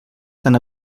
tan